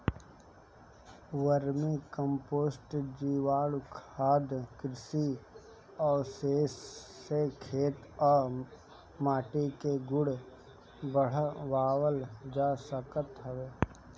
vermi compost, जीवाणुखाद, कृषि अवशेष से खेत कअ माटी के गुण बढ़ावल जा सकत हवे